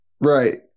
Right